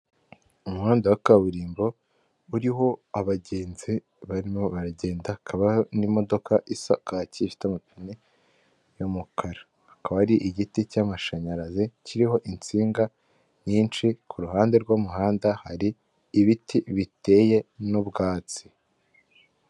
Umuhanda wa kaburimbo uriho abagenzi barimo baragenda hakaba n'imodoka isaka kaki ifite amapine y'umukara akaba ari igiti camashanyarazi kiriho insinga nyinshi kuruhande rw'umuhanda hari ibiti biteye n'ubwatsi.